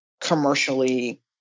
commercially